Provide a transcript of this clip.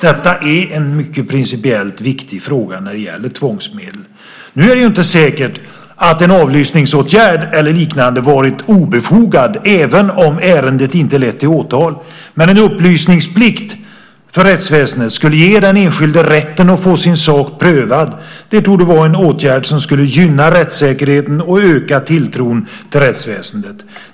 Detta är en principiellt mycket viktig fråga när det gäller tvångsmedel. Nu är det ju inte säkert att en avlyssningsåtgärd eller liknande varit obefogad även om ärendet inte lett till åtal, men en upplysningsplikt för rättsväsendet skulle ge den enskilde rätten att få sin sak prövad. Det torde vara en åtgärd som skulle gynna rättssäkerheten och öka tilltron till rättsväsendet.